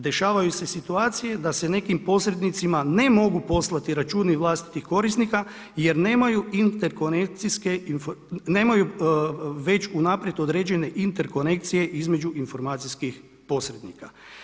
Dešavaju se situacije da se nekim posrednicima, ne mogu poslati računi vlastitih korisnika, jer nemaju interkonekcije, nemaju već unaprijed određene interkonekcije između informacijskih posrednika.